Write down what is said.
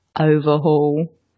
Overhaul